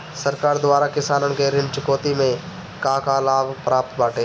सरकार द्वारा किसानन के ऋण चुकौती में का का लाभ प्राप्त बाटे?